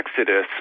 Exodus